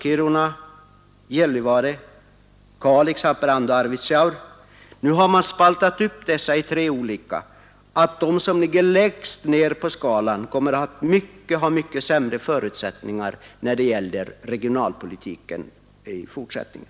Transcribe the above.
Innebär ortsklassificeringsgrupperingen att de som hamnat längst ner på skalan kommer att ha mycket sämre förutsättningar när det gäller regionalpolitiken i fortsättningen?